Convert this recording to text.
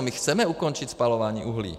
My chceme ukončit spalování uhlí.